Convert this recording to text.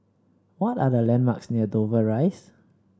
what are the landmarks near Dover Rise